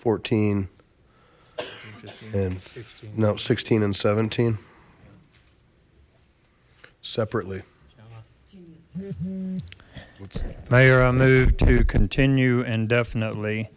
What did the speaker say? fourteen now sixteen and seventeen separately mayor i moved to continue and definitely